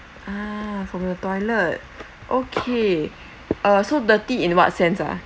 ah from the toilet okay uh so dirty in what sense uh